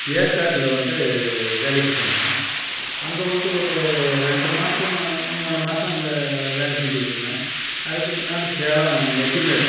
ஏற்காட்டில வந்து வேலைக்கு சேர்ந்தேன் அங்கே வந்து ஒரு ரெண்டு மாதம் மூணு மாதம் அங்கே வேலை செஞ்சிக்கிட்டு இருந்தேன் அதுக்கு பின்னால் சேலம் நெத்திமேடு